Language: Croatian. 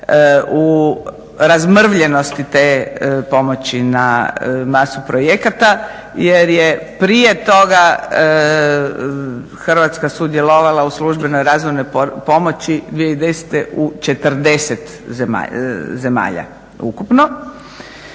u razmrvljenosti te pomoći na masu projekata. Jer je prije toga Hrvatska sudjelovala u službenoj razvojnoj pomoći 2010. u 40 zemalja ukupno.